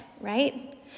right